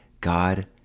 God